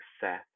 Seth